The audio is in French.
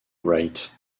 wright